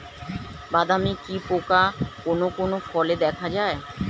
বাদামি কি পোকা কোন কোন ফলে দেখা যায়?